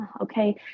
okay